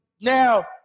now